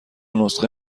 نسخه